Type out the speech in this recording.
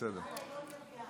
יהודי יהודי יהודי יהודי.